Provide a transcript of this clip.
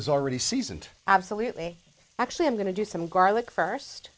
is already seasoned absolutely actually i'm going to do some garlic first